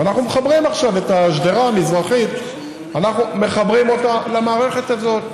ועכשיו את השדרה המזרחית אנחנו מחברים למערכת הזאת.